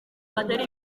atari